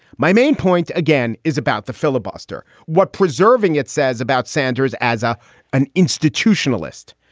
my main point, again, is about the filibuster. what preserving it says about sanders as ah an institutionalist.